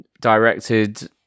directed